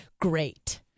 great